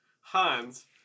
Hans